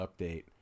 update